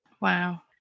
Wow